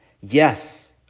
Yes